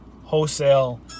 wholesale